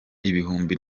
ibihumbi